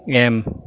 M